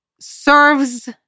serves